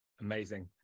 amazing